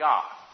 God